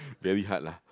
very hard lah